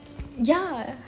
ya